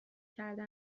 کرده